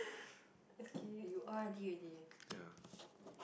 ya